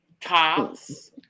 tops